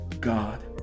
God